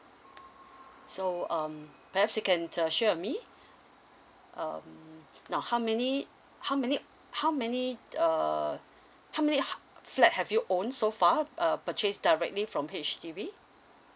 so um perhaps you can uh share with me um now how many how many how many uh how many ho~ flat have you own so far uh purchase directly from H_D_B